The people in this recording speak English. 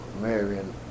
Marion